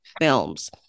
films